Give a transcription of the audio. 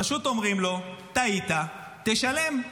פשוט אומרים לו: טעית, תשלם.